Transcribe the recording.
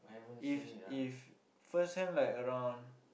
if if first hand like around